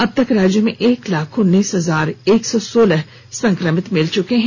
अबतक राज्य में एक लाख उन्नीस हजार एक सौ सोलह संक्रमित मिल चुके हैं